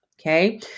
okay